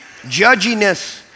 Judginess